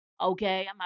Okay